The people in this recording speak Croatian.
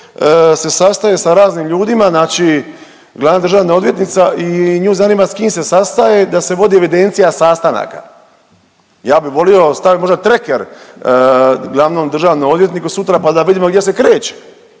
se sastaje sa raznim ljudima, znači glavna državna odvjetnica i nju zanima s kim se sastaje, da se vodi evidencija sastanaka. Ja bih volio staviti možda tracker glavnom državnom odvjetniku sutra, pa da vidimo gdje se kreće,